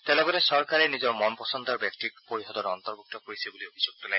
তেওঁ লগতে চৰকাৰে নিজৰ মন পচন্দৰ ব্যক্তিক পৰিষদত অন্তৰ্ভূক্ত কৰিছে বুলি অভিযোগ তোলে